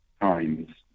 times